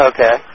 Okay